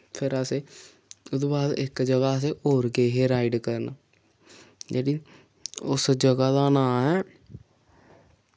फिर असे उ'दे बाद इक जगह् अस और गे हे राइड करन जेह्ड़ी उस जगह् दा नां ऐ